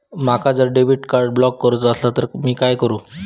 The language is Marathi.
माका जर डेबिट कार्ड ब्लॉक करूचा असला तर मी काय करू?